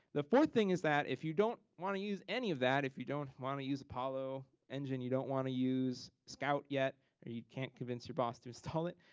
the fourth thing is that if you don't want to use any of that, if you don't want to use apollo engine, you don't want to use scout yet, or you can't convince your boss to install it,